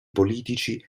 politici